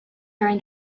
during